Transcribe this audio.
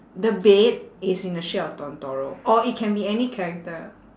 the bed is in the shape of or it can be any character